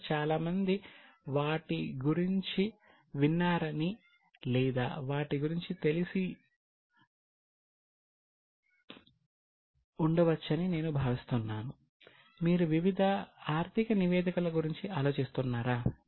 మీలో చాలామంది వాటి గురించి విన్నారని లేదా వాటి గురించి తెలిసి ఉండవచ్చని నేను భావిస్తున్నాను మీరు వివిధ ఆర్థిక నివేదికల గురించి ఆలోచిస్తున్నారా